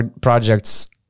projects